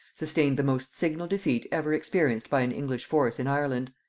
sustained the most signal defeat ever experienced by an english force in ireland.